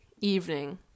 evening